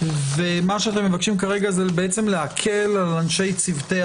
מה שאתם מבקשים כרגע זה בעצם להקל על אנשי צוותי